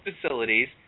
facilities